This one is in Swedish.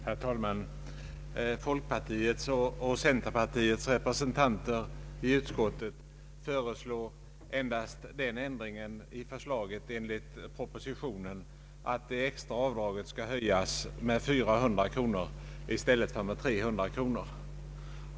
Herr talman! Folkpartiets och centerpartiets representanter i utskottet föreslår endast den ändringen i förslaget enligt propositionen, att det extra avdraget skall höjas med 400 kronor i stället för med 300 kronor.